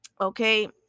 okay